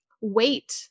wait